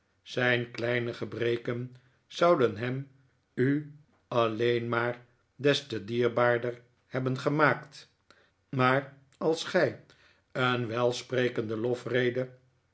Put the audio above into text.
zijn kleine gebreken zouderi hem u alleen maar des te dierbaarder hebben gemaakt maar als gij een welsprekende lofrede